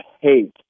hate